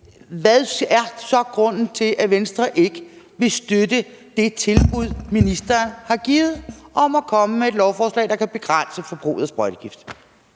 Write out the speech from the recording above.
hvad er så grunden til, at Venstre ikke vil støtte det tilbud, ministeren har givet, om at komme med et lovforslag, der kan begrænse forbruget af sprøjtegift?